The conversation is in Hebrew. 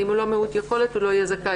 אבל אם הוא לא מיעוט יכולת הוא לא יהיה זכאי.